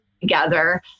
together